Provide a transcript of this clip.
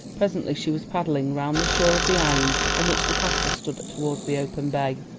presently she was paddling round the shore of the island on which the castle stood towards the open bay.